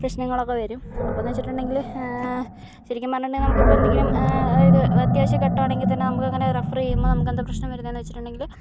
പ്രശ്നങ്ങൾ ഒക്കെ വരും അപ്പം എന്ന് വെച്ചിട്ടുണ്ടെങ്കില് ശരിക്കും പറഞ്ഞാൽ നമുക്ക് ഇപ്പോൾ എന്തെങ്കിലും അതായത് ഒരു അത്യാവശ്യ ഘട്ടം ആണെങ്കിൽ തന്നെ നമ്മള് ഇങ്ങനെ റെഫർ ചെയ്യുമ്പോൾ നമുക്ക് എന്താ പ്രശ്നം വരുന്നതെന്ന് വെച്ചിട്ടുണ്ടെങ്കില്